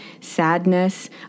sadness